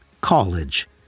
College